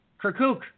Kirkuk